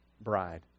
bride